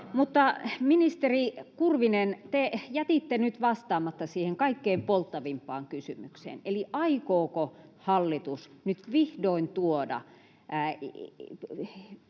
Ministeri Kurvinen, te jätitte nyt vastaamatta siihen kaikkein polttavimpaan kysymykseen: aikooko hallitus nyt vihdoin tuoda